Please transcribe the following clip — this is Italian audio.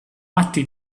atti